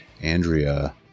Andrea